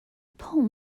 poem